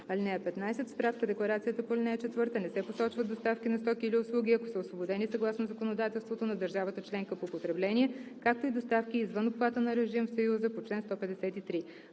(15) В справка-декларацията по ал. 4 не се посочват доставки на стоки или услуги, ако са освободени съгласно законодателството на държавата членка по потребление, както и доставки извън обхвата на режим в Съюза по чл. 153.